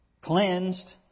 cleansed